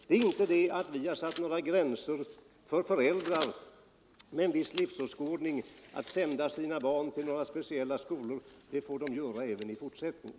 Vi har inte satt några gränser för föräldrar med en viss livsåskådning att sända sina barn till speciella skolor. Det får de göra även i fortsättningen.